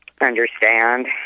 understand